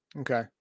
Okay